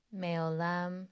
me'olam